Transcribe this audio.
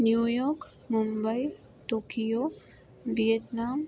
New York Mumbai Tokyo Vietnam